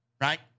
right